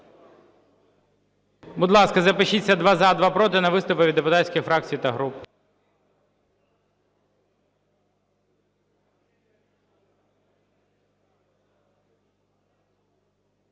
Будь ласка, запишіться: два – за, два – проти на виступи від депутатських фракцій та груп.